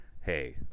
hey